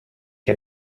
che